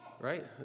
Right